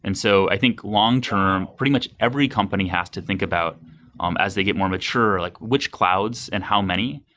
and so i think long-term, pretty much every company has to think about um as they get more mature, like which clouds and how many.